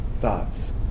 thoughts